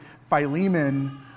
Philemon